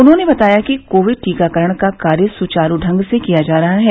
उन्होंने बताया कि कोविड टीकाकरण का कार्य सुचारू ढंग से किया जा रहा है